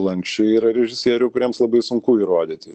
lanksčiai yra režisierių kuriems labai sunku įrodyti